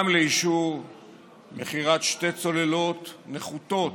גם לאישור מכירת שתי צוללות נחותות,